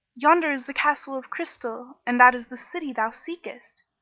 yonder is the castle of crystal and that is the city thou seekest.